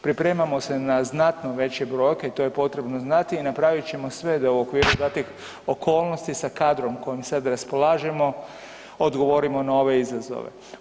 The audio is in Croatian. Pripremamo se na znatno veće brojke i to je potrebno znati i napravit ćemo sve da u okviru datih okolnosti sa kadrom kojim sad raspolažemo odgovorimo na ove izazove.